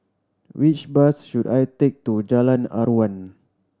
which bus should I take to Jalan Aruan